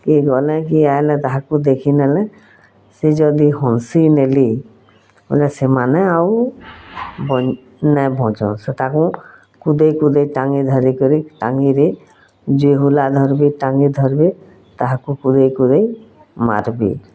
କିଏ ଗଲେ କିଏ ଆଇଲେ କାହାକୁ ଦେଖି ଦେଲେ ସେ ଯଦି ହଂସି ଦେଲି ସେମାନେ ଆଉ ନାଇ ବଞ୍ଚ ସେ ତାକୁ କୁଦେଇ କୁଦେଇ ଟାଙ୍ଗୀ ଧରି କରି ଟାଙ୍ଗୀରେ ଯିହୋ ହେଲା ଟାଙ୍ଗୀ ଧରିବେ ତାହାକୁ କୋରେଇ କୋରେଇ ମାରିବେ